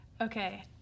Okay